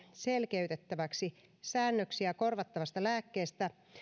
selkeytettäväksi säännöksiä korvattavasta lääkkeestä